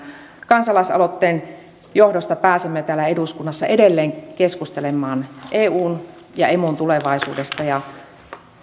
kansalaisaloitteen johdosta pääsemme täällä eduskunnassa edelleen keskustelemaan eun ja emun tulevaisuudesta